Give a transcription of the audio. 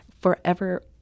forever